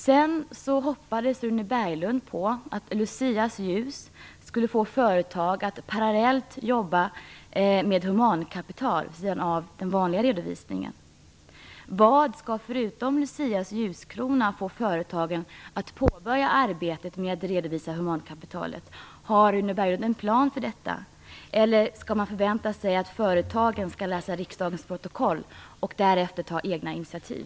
Rune Berglund hoppades på att Lucias ljus skulle få företag att parallellt jobba med humankapital vid sidan av den vanliga redovisningen. Vad skall förutom Lucias ljuskrona få företagen att påbörja arbetet med att redovisa humankapitalet? Har Rune Berglund en plan för detta? Eller skall man förvänta sig att företagen skall läsa riksdagens protokoll och därefter ta egna initiativ?